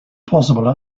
possible